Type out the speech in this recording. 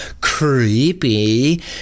Creepy